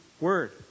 Word